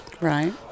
Right